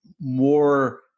more